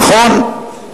נכון,